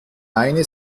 eine